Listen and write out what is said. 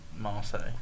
Marseille